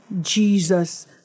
Jesus